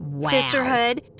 sisterhood